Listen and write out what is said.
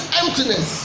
emptiness